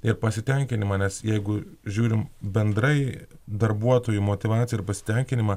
ir pasitenkinimą nes jeigu žiūrim bendrai darbuotojų motyvaciją ir pasitenkinimą